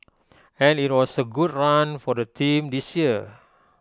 and IT was A good run for the team this year